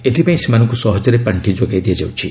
ଏଥିପାଇଁ ସେମାନଙ୍କୁ ସହଜରେ ପାଣ୍ଠି ଯୋଗାଇ ଦିଆଯାଉଛି